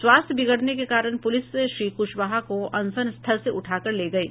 स्वास्थ्य बिगड़ने के कारण पुलिस श्री कुशवाहा को अनशन स्थल से उठाकर ले गयी